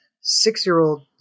six-year-old